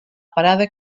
parada